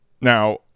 Now